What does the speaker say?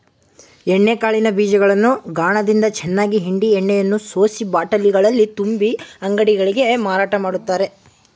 ಎಣ್ಣೆ ಕಾಳಿನ ಬೀಜಗಳನ್ನು ಗಾಣದಿಂದ ಚೆನ್ನಾಗಿ ಹಿಂಡಿ ಎಣ್ಣೆಯನ್ನು ಸೋಸಿ ಬಾಟಲಿಗಳಲ್ಲಿ ತುಂಬಿ ಅಂಗಡಿಗಳಿಗೆ ಮಾರಾಟ ಮಾಡ್ತರೆ